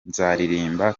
nzaririmba